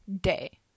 day